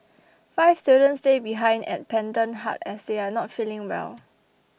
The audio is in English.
five students stay behind at Pendant Hut as they are not feeling well